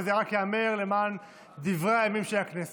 וזה ייאמר רק למען דברי הימים של הכנסת.